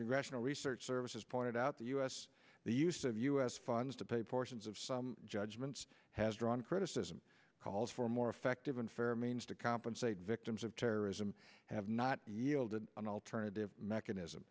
congressional research service has pointed out the u s the use of u s funds to pay portions of some judgments has drawn criticism calls for more effective unfair means to compensate victims of terrorism have not yielded an alternative mechanism